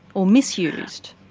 or misused?